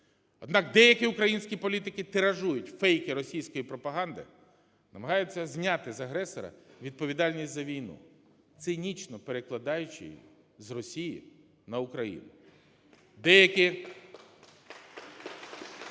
Однак, деякі українські політики тиражують фейки російської пропаганди, намагаються зняти з агресора відповідальність за війну, цинічно перекладаючи її з Росії на Україну.